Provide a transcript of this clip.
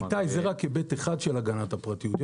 זה רק היבט אחד של הגנת הפרטיות.